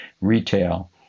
retail